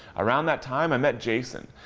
around that time, i met jason.